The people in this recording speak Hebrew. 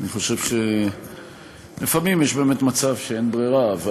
אני חושב שלפעמים יש באמת מצב שאין ברירה,